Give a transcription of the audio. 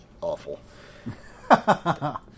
awful